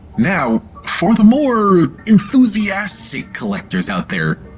now, for the more. enthusiastic collectors out there.